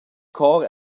chor